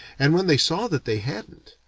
and when they saw that they hadn't,